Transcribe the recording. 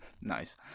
Nice